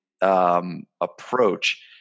approach